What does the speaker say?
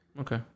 Okay